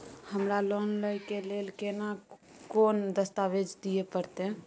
हमरा लोन लय के लेल केना कोन दस्तावेज दिए परतै?